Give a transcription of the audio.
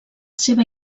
seva